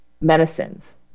medicines